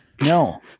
No